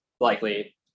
likely